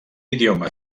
idioma